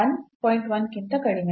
1 ಕ್ಕಿಂತ ಕಡಿಮೆ